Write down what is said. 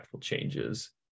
changes